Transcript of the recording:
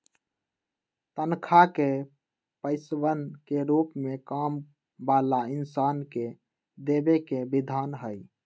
तन्ख्वाह के पैसवन के रूप में काम वाला इन्सान के देवे के विधान हई